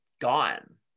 gone